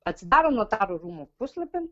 atsidarom notarų rūmų puslapį